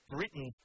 Britain